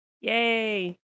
Yay